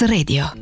Radio